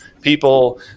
people